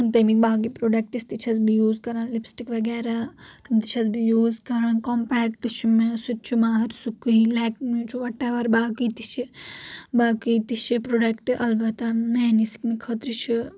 تمکۍ باقی پروڈکٹس تہِ چھس بہٕ یوٗز کران لپسٹک وغیرہ تِم تہِ چھِس بہٕ یوٗز کران کَمپیکٹ چھُ مےٚ سہُ تہِ چھُ مارسُکٔے لیک مے چھُ وٹ ایٚوَر باقی تہِ چھِ باقی تہِ چھِ پروڈکٹ البتہٕ میانہِ سکنہٕ خٲطرٕ چھ